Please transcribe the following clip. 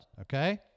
okay